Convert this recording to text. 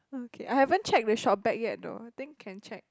okay I haven't check the ShopBack yet though I think can check